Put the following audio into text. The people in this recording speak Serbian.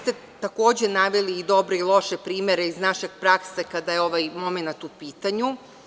Takođe ste naveli dobre i loše primere iz naše prakse kada je ovaj momenat u pitanju.